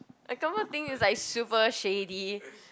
thing is like super shady